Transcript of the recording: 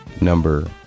number